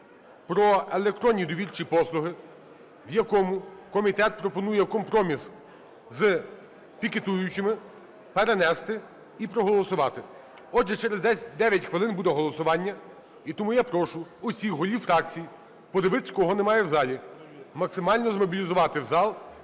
про електронні довірчі послуги, в якому комітет пропонує компроміс з пікетуючими, перенести і проголосувати. Отже, через 9 хвилин буде голосування, і тому я прошу всіх голів фракцій подивитись, кого немає в залі, максимально змобілізувати зал,